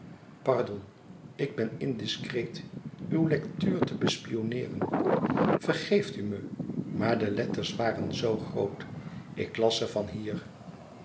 pardon ik ben indiscreet uw lectuur te bespionneeren vergeeft u me maar de letters waren zoo groot ik las ze van hier